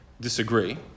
disagree